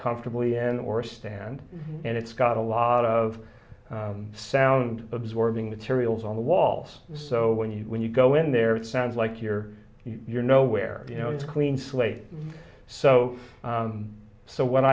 comfortably and or stand and it's got a lot of sound absorbing materials on the walls so when you when you go in there it sounds like you're you're nowhere you know it's a clean slate so so wh